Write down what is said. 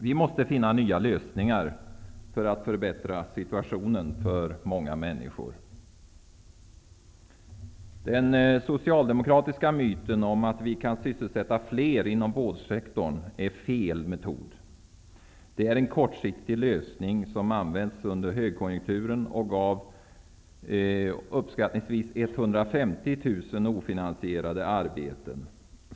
Vi måste finna nya lösningar för att förbättra situationen för många människor. Det är en socialdemokratisk myt att vi kan sysselsätta fler inom vårdsektorn. Det är fel metod. Det är en kortsiktig lösning som användes under högkonjunkturen och gav uppskattningsvis 150 000 ofinansierade arbeten.